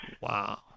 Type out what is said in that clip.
Wow